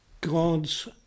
God's